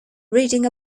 reading